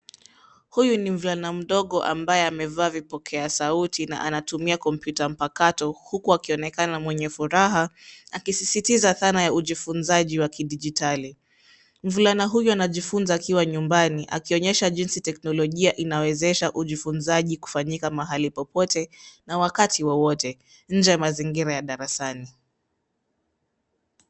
Huyu ni mvulana mdogo ambaye amevaa vipokea sauti na anatumia kompyuta mpakato huku akionekana mwenye furaha akisisitiza dhana ya ujifunzaji wa kidijitali. Mvulana huyu anajifunza akiwa nyumbani, akionyesha jinsi teknolojia inawezesha ujifunzaji kufanyika mahali popote na wakati wowote nje ya mazingira ya darasani.